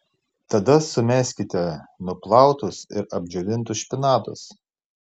tada sumeskite nuplautus ir apdžiovintus špinatus